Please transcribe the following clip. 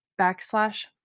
backslash